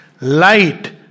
light